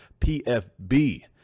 PFB